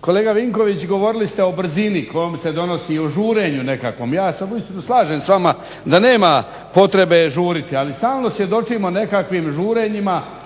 kolega Vinković, govorili ste o brzini kojom se donosi i o žurenju nekakvom. Ja se uistinu slažem s vama da nema potrebe žuriti, ali stalno svjedočimo nekakvim žurenjima